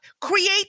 Create